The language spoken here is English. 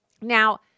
Now